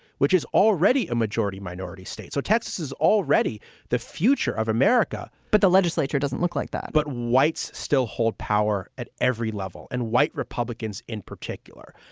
which is already a majority minority state. so texas is already the future of america. but the legislature doesn't look like that. but whites still hold power at every level. and white republicans in particular,